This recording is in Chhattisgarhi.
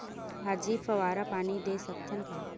भाजी फवारा पानी दे सकथन का?